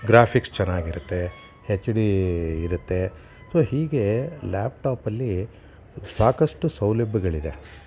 graphics ಚೆನ್ನಾಗಿರುತ್ತೆ H D ಇರುತ್ತೆ so ಹೀಗೆ ಲ್ಯಾಪ್ಟಾಪಲ್ಲಿ ಸಾಕಷ್ಟು ಸೌಲಭ್ಯಗಳಿದೆ